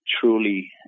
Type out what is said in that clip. truly